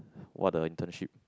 what the internship